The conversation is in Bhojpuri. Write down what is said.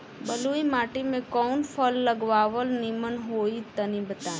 बलुई माटी में कउन फल लगावल निमन होई तनि बताई?